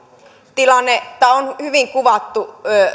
taloustilannetta on hyvin kuvattu